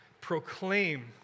proclaim